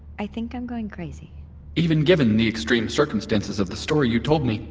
i think i'm going crazy even given the extreme circumstances of the story you told me,